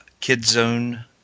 kidzone